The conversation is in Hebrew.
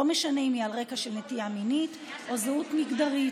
ולא משנה אם היא על רקע נטייה מינית או זהות מגדרית.